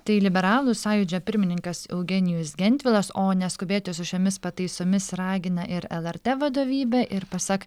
tai liberalų sąjūdžio pirmininkas eugenijus gentvilas o neskubėti su šiomis pataisomis ragina ir lrt vadovybė ir pasak